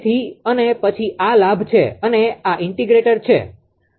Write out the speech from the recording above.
તેથી અને પછી આ લાભ છે અને આ ઇન્ટિગ્રેટરintegratorસંકલન કરનાર છે